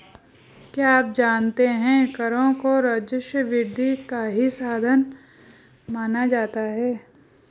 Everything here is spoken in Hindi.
क्या आप जानते है करों को राजस्व वृद्धि का ही साधन माना जाता है?